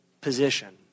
position